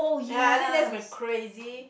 ya I think that's the crazy